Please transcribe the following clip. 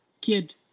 kid